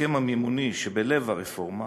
ההסכם המימוני שבלב הרפורמה